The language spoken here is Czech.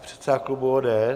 Předseda klubu ODS.